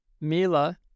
Mila